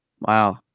Wow